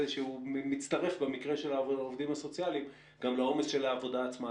שהוא מצטרף במקרים של העובדים הסוציאליים גם לעומס של העבודה עצמה,